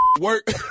Work